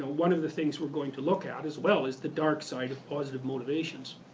ah one of the things we're going to look at as well, is the dark side of positive motivations.